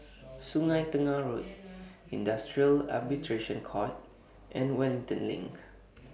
Sungei Tengah Road Industrial Arbitration Court and Wellington LINK